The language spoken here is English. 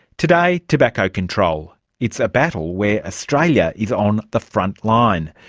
today, tobacco control. it's a battle where australia is on the front line.